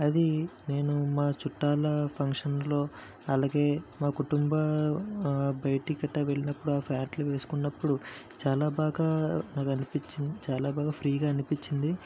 అది నేను మా చుట్టాల ఫంక్షన్లో అలాగే మా కుటుంబ బయటికట్ట వెళ్ళినప్పుడు ఆ ప్యాంట్లు వేసుకున్నప్పుడు చాలా బాగా నాకు అనిపించి చాలా బాగా ఫ్రీగా అనిపించింది